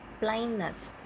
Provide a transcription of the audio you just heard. blindness